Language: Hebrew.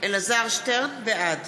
בעד